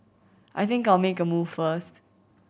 I think I'll make a move first